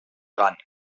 ran